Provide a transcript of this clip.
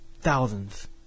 thousands